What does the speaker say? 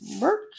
merch